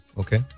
okay